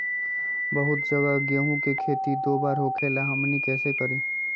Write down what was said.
बहुत जगह गेंहू के खेती दो बार होखेला हमनी कैसे करी?